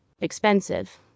Expensive